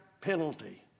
penalty